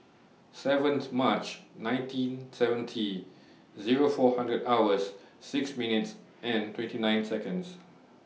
seventh March nineteen seventy Zero four hundred hours six minutes and twenty nine